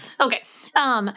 Okay